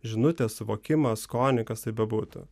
žinutę suvokimą skonį kas tai bebūtų